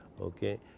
Okay